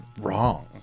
wrong